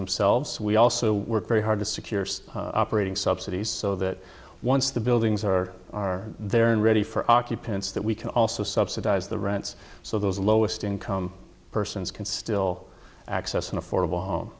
themselves we also work very hard to secure operating subsidies so that once the buildings are are there and ready for occupants that we can also subsidize the rents so those lowest income persons can still access an affordable home